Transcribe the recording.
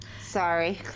Sorry